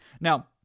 Now